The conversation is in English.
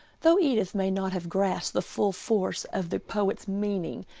though edith may not have grasped the full force of the poet's meaning,